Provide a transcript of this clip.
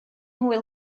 hwyl